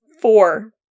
four